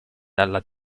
dalla